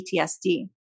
PTSD